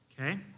Okay